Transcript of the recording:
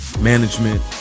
management